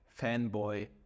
fanboy